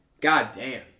goddamn